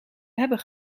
hebben